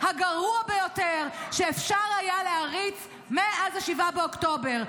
הגרוע ביותר שאפשר היה להריץ מאז 7 באוקטובר,